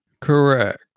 Correct